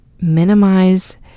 minimize